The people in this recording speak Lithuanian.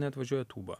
neatvažiuoja tūba